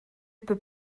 peut